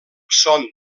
son